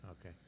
okay